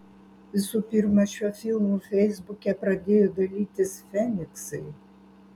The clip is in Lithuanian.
visų pirma šiuo filmu feisbuke pradėjo dalytis feniksai